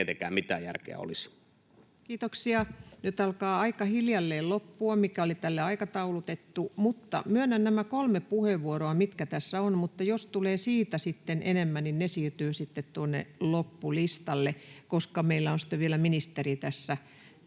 Time: 14:33 Content: Kiitoksia. — Nyt alkaa hiljalleen loppua aika, mikä oli tälle aikataulutettu. Myönnän nämä kolme puheenvuoroa, mitkä tässä ovat, mutta jos tulee sitten enemmän pyyntöjä, niin ne siirtyvät sitten tuonne loppulistalle, koska tässä sitten vielä ministeri käyttää